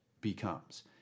becomes